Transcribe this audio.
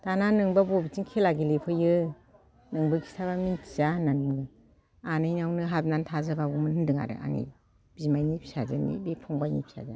दाना नोंबा बबेथिं खेला गेलेफैयो नोंबो खिथानोनो मिनथिया होननानै बुंबाय आनैनावनो हाबनानै थाजाबावगौमोन होनदों आरो आंनि बिमाइनि फिसाजोनि बे फंबायनि फिसाजोआ